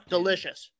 Delicious